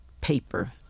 paper